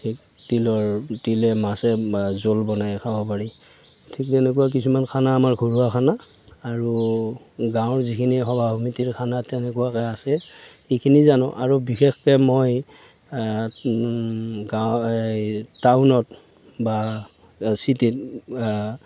তিলৰ তিলে মাছে জোল বনাই খাব পাৰি ঠিক তেনেকুৱা কিছুমান খানা আমাৰ ঘৰুৱা খানা আৰু গাঁৱৰ যিখিনি সভা সমিতিৰ খানা তেনেকুৱাকৈ আছে সেইখিনি জানো আৰু বিশেষকে মই গাঁও এই টাউনত বা চিটিত